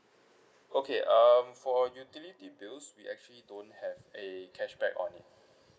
okay um for utility bills we actually don't have a cashback on it